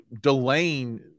delaying